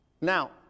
Now